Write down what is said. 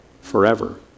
forever